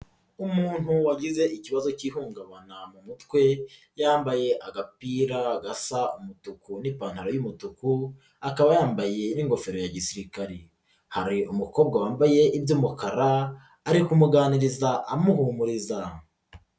Umuntu wagize ikibazo cy'ihungabana mu mutwe yambaye agapira gasa umutuku n'ipantaro y'umutuku akaba yambaye n'ingofero ya gisirikari, hari umukobwa wambaye iby'umukara ari kumuganiriza amuhumuriza.